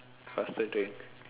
faster drink